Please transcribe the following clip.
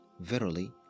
verily